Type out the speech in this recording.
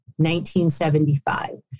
1975